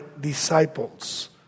disciples